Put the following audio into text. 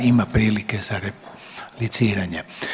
Ima prilike za repliciranje.